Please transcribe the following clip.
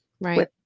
right